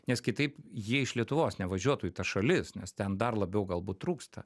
nes kitaip jie iš lietuvos nevažiuotų į tas šalis nes ten dar labiau galbūt trūksta